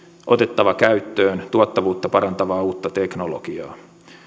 otettava käyttöön tuottavuutta parantavaa uutta teknologiaa